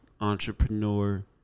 entrepreneur